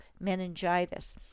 meningitis